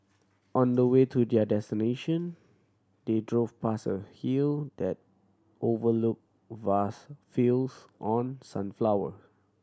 on the way to their destination they drove past a hill that overlooked vast fields on sunflower